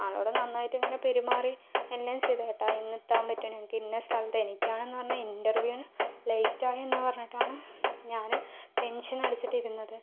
ആളോട് നന്നായിട്ടങ്ങനെ പെരുമാറി എല്ലാം ചെയ്ത് ഏട്ടാ ഇന്നെത്താൻ പറ്റുമോ എനിക്ക് ഇന്നസ്ഥലത്ത് എനിയ്ക്കാണെന്ന് പറഞ്ഞാൽ ഇൻ്റർവ്യൂവിന് ലേയ്റ്റ് ആയെന്ന് പറഞ്ഞിട്ടാണ് ഞാൻ ടെൻഷൻ അടിച്ചിട്ടിരുന്നത്